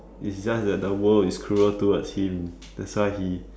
it's just that the world is cruel towards him that's why he